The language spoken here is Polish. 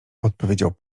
odpowiedział